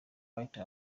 white